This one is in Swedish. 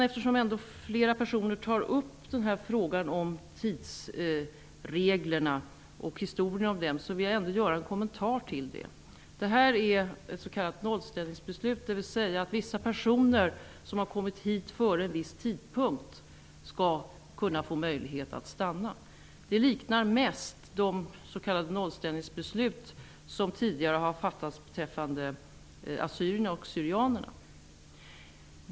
Eftersom flera personer tar upp frågan om tidsreglerna och historien om dem vill jag kommentera den. Detta är ett s.k. nollställningsbeslut, dvs. vissa personer som har kommit hit före en viss tidpunkt skall kunna få möjlighet att stanna. Det liknar mest de s.k. nollställningsbeslut som tidigare har fattats beträffande assyrierna och syrianerna.